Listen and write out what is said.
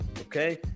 Okay